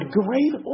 great